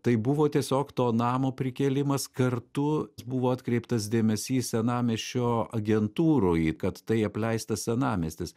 tai buvo tiesiog to namo prikėlimas kartu buvo atkreiptas dėmesys senamiesčio agentūroj kad tai apleistas senamiestis